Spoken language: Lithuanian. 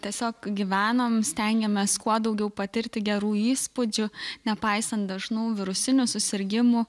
tiesiog gyvenom stengiamės kuo daugiau patirti gerų įspūdžių nepaisant dažnų virusinių susirgimų